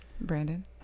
Brandon